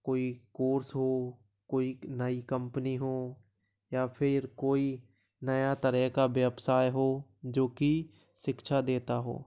कोई कोर्स हो कोई नई कंपनी हो या फिर कोई नया तरह का व्यवसाय हो जो की शिक्षा देता हो